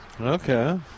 Okay